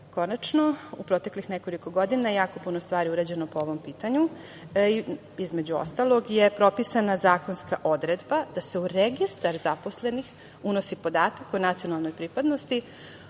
uprave. Konačno, u proteklih nekoliko godina jako puno stvari je urađeno po ovom pitanju. Između ostalog, propisana je zakonska odredba da se u registar zaposlenih unosi podatak o nacionalnoj pripadnosti,